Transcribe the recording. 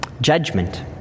Judgment